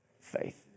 Faith